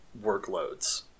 workloads